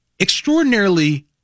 extraordinarily